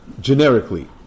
generically